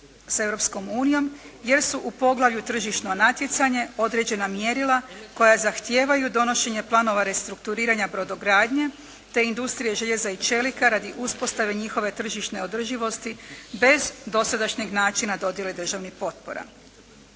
unijom jer su u Poglavlju-Tržišno natjecanje određena mjerila koja zahtijevaju donošenje planova restrukturiranja brodogradnje te industrije željeza i čelika radi uspostave njihove tržišne održivosti bez dosadašnjeg načina dodjele državnih potpora.